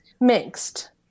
mixed